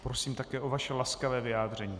Prosím také o vaše laskavé vyjádření.